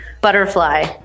butterfly